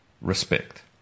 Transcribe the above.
respect